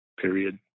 period